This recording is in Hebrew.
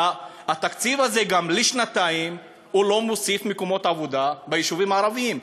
התקציב הזה גם לשנתיים לא מוסיף מקומות עבודה ביישובים הערביים,